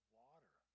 water